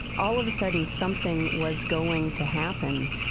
all of a sudden something was going to happen,